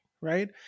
right